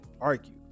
argue